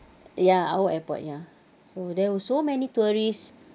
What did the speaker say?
ya our airport ya oh there were so many tourists